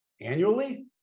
annually